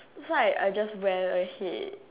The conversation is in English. if like I just went ahead